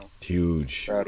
Huge